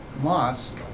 mosque